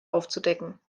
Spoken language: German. aufzudecken